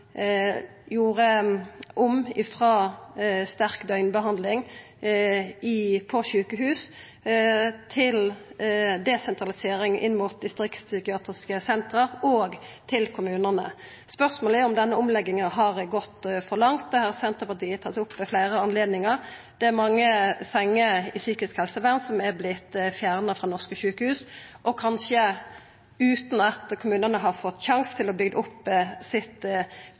gjorde om frå omfattande døgnbehandling på sjukehus til desentralisering til dei distriktspsykiatriske sentra og kommunane. Spørsmålet er om denne omlegginga har gått for langt. Det har Senterpartiet tatt opp ved fleire anledningar. Mange senger innan psykisk helsevern er vortne fjerna i norske sjukehus og kanskje utan at kommunane har fått sjansen til å byggja opp sitt